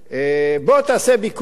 בוא תעשה ביקור.